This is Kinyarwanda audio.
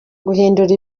guhindura